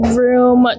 room